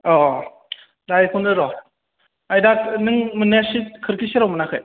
औ दा बेखौनो र' आयदा नों मोन्नाया सित खोरखि सेराव मोनाखै